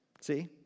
See